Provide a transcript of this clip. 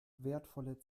wertvolle